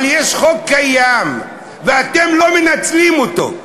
אבל יש חוק קיים, ואתם לא מנצלים אותו.